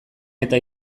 eta